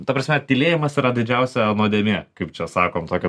ta prasme tylėjimas yra didžiausia nuodėmė kaip čia sakom tokio